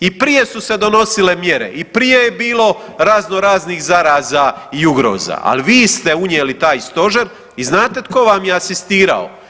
I prije su se donosile mjere i prije je bilo razno raznih zaraza i ugroza, ali vi ste unijeli taj Stožer i znate tko vam je asistirao?